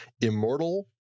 immortal